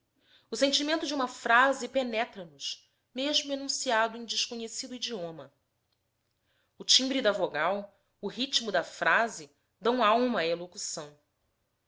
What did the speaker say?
o sentimento de uma frase penetra nos mesmo enunciado em desconhecido idioma o timbre da vogal o ritmo da frase dão alma à elocução